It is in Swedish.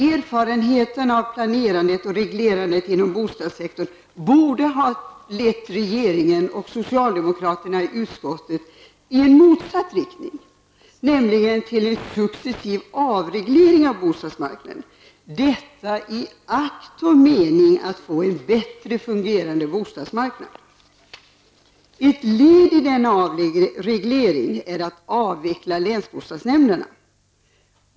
Erfarenheten av planerandet och reglerandet inom bostadssektorn borde ha lett regeringen och socialdemokraterna i utskottet i motsatt riktning, nämligen mot en successiv avreglering av bostadsmarknaden -- detta i akt och mening att få en bättre fungerande bostadsmarknad. Ett led i denna avreglering är att avveckla länsbostadsnämnderna.